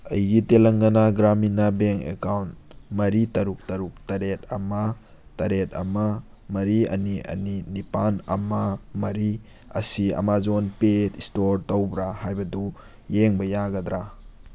ꯑꯩꯒꯤ ꯇꯦꯂꯪꯒꯅꯥ ꯒ꯭ꯔꯥꯃꯤꯅꯥ ꯕꯦꯡ ꯑꯦꯀꯥꯎꯟ ꯃꯔꯤ ꯇꯔꯨꯛ ꯇꯔꯨꯛ ꯇꯔꯦꯠ ꯑꯃ ꯇꯔꯦꯠ ꯑꯃ ꯃꯔꯤ ꯑꯅꯤ ꯑꯅꯤ ꯅꯤꯄꯥꯟ ꯑꯃ ꯃꯔꯤ ꯑꯁꯤ ꯑꯃꯥꯖꯣꯟ ꯄꯦ ꯏꯁꯇꯣꯔ ꯇꯧꯕ꯭ꯔꯥ ꯍꯥꯏꯕꯗꯨ ꯌꯦꯡꯕ ꯌꯥꯒꯗ꯭ꯔꯥ